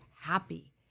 happy